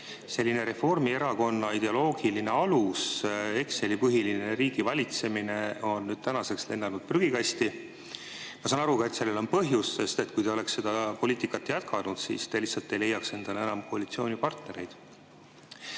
et Reformierakonna ideoloogiline alus, Exceli-põhine riigivalitsemine on tänaseks prügikasti lennanud. Ka saan aru, et sellel on põhjus: kui te oleks seda poliitikat jätkanud, siis te lihtsalt ei leiaks endale enam koalitsioonipartnereid.